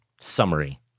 summary